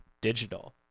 digital